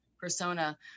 persona